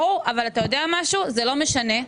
אבל זה לא משנה.